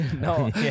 No